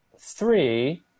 three